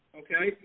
okay